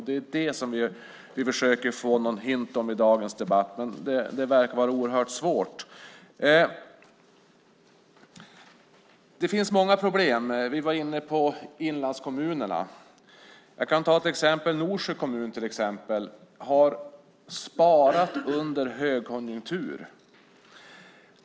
Det är det som vi försöker få någon hint om i dagens debatt. Men det verkar vara oerhört svårt. Det finns många problem. Vi var inne på inlandskommunerna. Jag kan ta Norsjö kommun som exempel. Norsjö kommun har sparat under högkonjunktur.